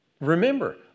remember